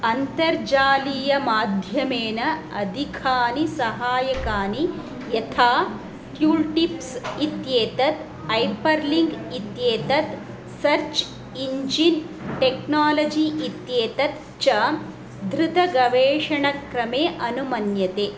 अन्तर्जालीयमाध्यमेन अधिकानि सहाय्यकानि यथा क्यूल्टिप्स् इत्येतत् ऐपर्लिङ्क् इत्येतत् सर्च् इञ्जिन् टेक्नालजी इत्येतत् च द्रुतगवेषणक्रमे अनुमन्यते